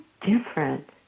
different